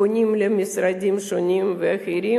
פונים למשרדים שונים ואחרים,